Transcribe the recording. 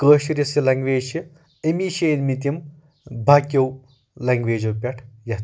کٲشِر یۄس یہِ لنٛگویج چھ أمی چھ أنمٕتۍ یِم باقٕیَو لنٛگویجو پٮ۪ٹھ یَتھ کُن